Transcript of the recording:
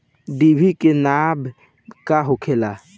डिभी के नाव का होखेला?